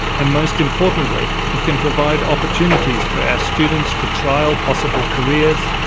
and most importantly it can provide opportunities for our students to trial possible careers,